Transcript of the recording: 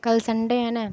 کل سنڈے ہے نا